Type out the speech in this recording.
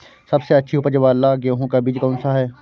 सबसे अच्छी उपज वाला गेहूँ का बीज कौन सा है?